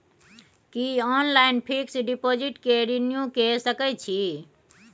की online fix deposit के renew के सकै छी?